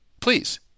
Please